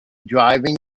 driving